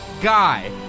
guy